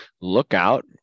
lookout